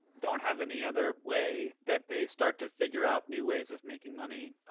don't have any other way, that they start to figure out new ways of making money.